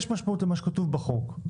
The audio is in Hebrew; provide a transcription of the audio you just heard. יש משמעות למה שכתוב בחוק.